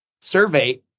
survey